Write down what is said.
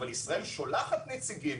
אבל ישראל שולחת נציגים,